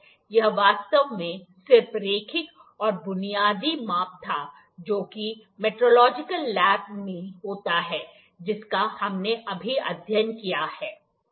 यह वास्तव में सिर्फ रैखिक और बुनियादी माप था जो कि मेट्रोलॉजिकल लैब में होता है जिसका हमने अभी अध्ययन किया है